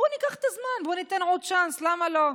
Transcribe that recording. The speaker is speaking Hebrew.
בואו ניקח את הזמן, בואו ניתן עוד צ'אנס, למה לא?